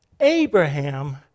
Abraham